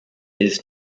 his